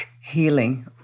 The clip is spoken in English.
healing